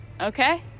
Okay